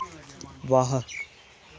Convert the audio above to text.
वाह्